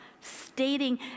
stating